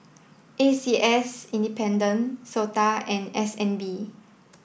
A C S independent SOTA and S N B